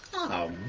oh